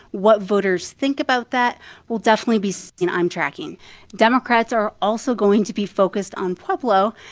what voters think about that will definitely be something i'm tracking democrats are also going to be focused on pueblo,